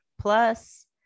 plus